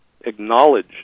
acknowledge